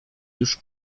już